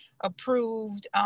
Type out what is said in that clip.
approved